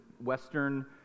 Western